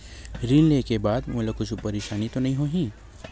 ऋण लेके बाद मोला कुछु परेशानी तो नहीं होही?